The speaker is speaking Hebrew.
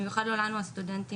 במיוחד לא לנו הסטודנטים.